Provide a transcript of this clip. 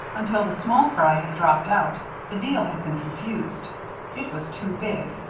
until the small fry had dropped out the deal had been confused it was too big,